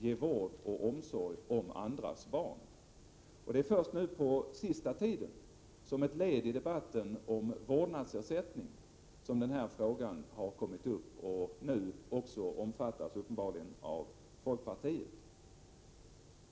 ge vård och ta omsorg om andras barn. Det är först under den sista tiden, som ett led i debatten om vårdnadsersättning, som den här frågan har kommit upp och nu uppenbarligen också omfattas av folkpartiet.